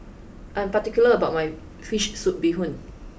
I am particular about my fish soup bee hoon